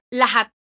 lahat